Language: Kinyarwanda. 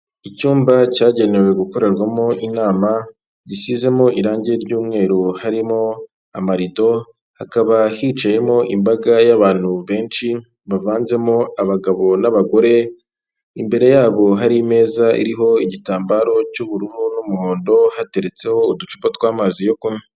Icyumba cyagenewe gukorerwamo inama gishyizemo irangi ry'umweru harimo amarido hakaba hicayemo imbaga y'abantu benshi bavanzemo abagabo n'abagore, imbere yabo hari imeza iriho igitambaro cy'ubururu n'umuhondo hateretseho uducupa tw'amazi yo kunywa.